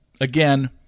again